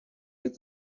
get